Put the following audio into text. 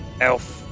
Elf